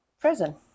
prison